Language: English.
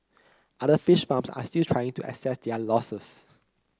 other fish farms are still trying to assess their losses